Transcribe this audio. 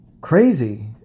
crazy